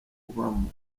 kubamo